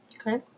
Okay